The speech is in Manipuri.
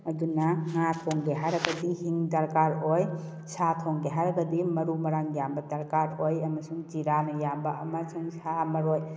ꯑꯗꯨꯅ ꯉꯥ ꯊꯣꯡꯒꯦ ꯍꯥꯏꯔꯒꯗꯤ ꯍꯤꯡ ꯗꯔꯀꯥꯔ ꯑꯣꯏ ꯁꯥ ꯊꯣꯡꯒꯦ ꯍꯥꯏꯔꯒꯗꯤ ꯃꯔꯨ ꯃꯔꯥꯡ ꯌꯥꯝꯕ ꯗꯔꯀꯥꯔ ꯑꯣꯏ ꯑꯃꯁꯨꯡ ꯖꯤꯔꯥꯅ ꯌꯥꯝꯕ ꯑꯃ ꯑꯃꯁꯨꯡ ꯁꯥ ꯃꯔꯣꯏ